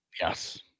Yes